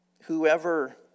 Whoever